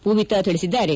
ಪೂವಿತ ತಿಳಿಸಿದ್ದಾರೆ